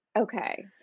Okay